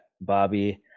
Bobby